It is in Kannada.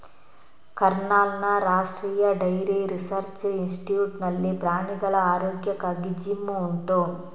ಕರ್ನಾಲ್ನ ರಾಷ್ಟ್ರೀಯ ಡೈರಿ ರಿಸರ್ಚ್ ಇನ್ಸ್ಟಿಟ್ಯೂಟ್ ನಲ್ಲಿ ಪ್ರಾಣಿಗಳ ಆರೋಗ್ಯಕ್ಕಾಗಿ ಜಿಮ್ ಉಂಟು